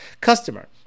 customer